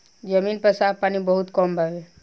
जमीन पर साफ पानी बहुत कम बावे